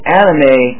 anime